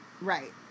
Right